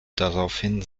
daraufhin